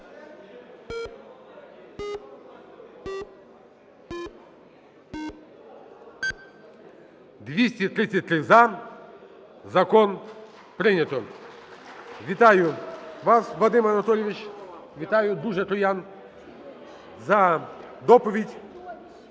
233 – за. Закон прийнято. Вітаю вас, Вадиме Анатолійович, вітаю дуже, Троян, за доповідь,